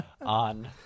on